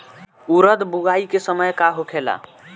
उरद बुआई के समय का होखेला?